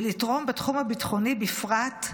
ולתרום בתחום הביטחוני בפרט,